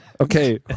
Okay